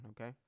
okay